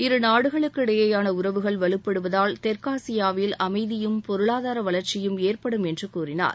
இருநாடுகளுக்கு இடையிலான உறவுகள் வலுப்படுவதால் தெற்காசியாவில் அமைதியும் பொருளாதார வளர்ச்சியும் ஏற்படும் என்று கூறினார்